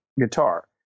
guitar